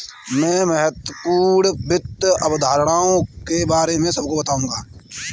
मैं महत्वपूर्ण वित्त अवधारणाओं के बारे में सबको बताऊंगा